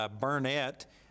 Burnett